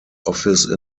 office